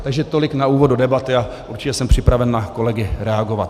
Takže tolik na úvod do debaty a určitě jsem připraven na kolegy reagovat.